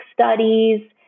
studies